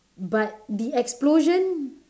but the explosion